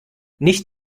nicht